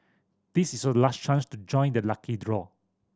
this is your last chance to join the lucky draw